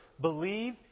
believe